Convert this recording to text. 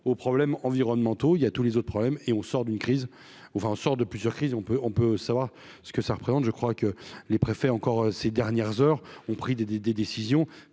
aux problèmes environnementaux, il y a tous les autres problèmes et au sort d'une crise va en sorte de plusieurs crises, on peut, on peut savoir ce que ça représente, je crois que les préfets encore ces dernières heures ont pris des, des,